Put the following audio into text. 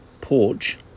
porch